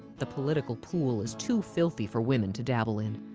the political pool is too filthy for women to dabble in.